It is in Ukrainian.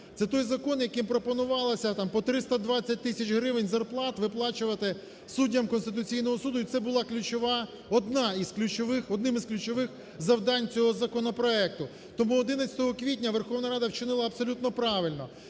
Це той закон, яким пропонувалося там по 320 тисяч гривень зарплат виплачувати суддям Конституційного Суду і це була ключова… одна із ключових… одним із ключових завдань цього законопроекту. Тому 11 квітня Верховна Рада вчинила абсолютно правильно,